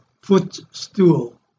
footstool